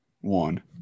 one